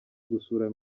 gusura